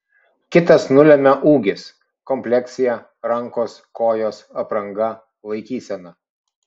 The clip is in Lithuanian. kitas nulemia ūgis kompleksija rankos kojos apranga laikysena